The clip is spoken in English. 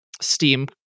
steam